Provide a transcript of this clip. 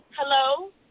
Hello